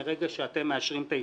מהרגע שאתם מאשרים את ההתפלגות.